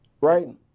right